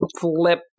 flip